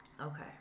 Okay